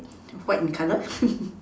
white in colour